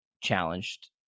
challenged